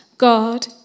God